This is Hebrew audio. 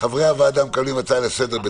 ועכשיו להעלות הצעות לסדר,